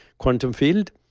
quantum field,